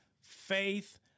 Faith